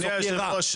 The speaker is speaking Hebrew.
בסוף יהיה רע.